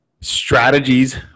Strategies